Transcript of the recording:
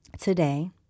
Today